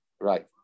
Right